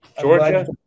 Georgia